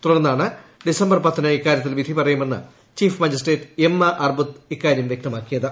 തുടർന്നാണ് ഡിസംബർ ച്ചത്തിന് ഇക്കാര്യത്തിൽ വിധി പറയുമെന്ന് ചീഫ് മജിസ്ട്രേറ്റ് എമ്മിഅ്ർബുത്നോട് ഇക്കാര്യം വ്യക്തമാക്കിയത്